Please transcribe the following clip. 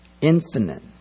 infinite